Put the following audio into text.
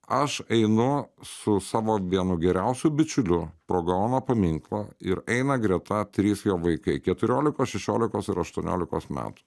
aš einu su savo vienu geriausiu bičiuliu pro gaono paminklą ir eina greta trys jo vaikai keturiolikos šešiolikos ir aštuoniolikos metų